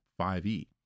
5e